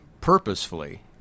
purposefully